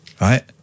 right